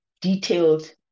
detailed